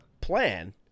plan